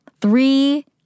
Three